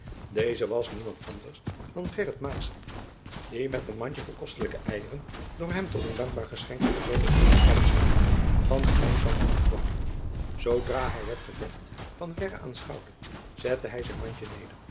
deze was niemand anders dan gheryt maessen die met een mandje vol kostelijke eieren door hem tot een dankbaar geschenk voor freule ulrica bestemd van den rijnkant afkwam zoodra hij het gevecht van jacob van lennep de pleegzoon verre aanschouwde zette hij zijn mandje neder